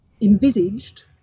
envisaged